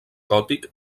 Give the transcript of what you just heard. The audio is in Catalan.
gòtic